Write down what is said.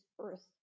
earth